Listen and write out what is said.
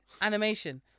animation